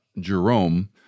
Jerome